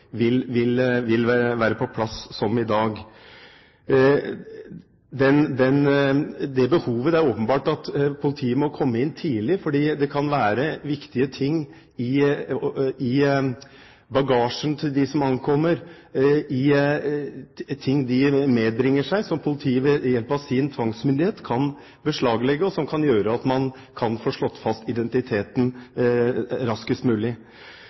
vil være på plass, som i dag. Det er åpenbart behov for at politiet kommer inn tidlig, for det kan være viktige ting i bagasjen til dem som kommer – ting de bringer med seg som politiet ved hjelp av sin tvangsmyndighet kan beslaglegge, og som kan gjøre at man kan få slått fast identiteten raskest mulig.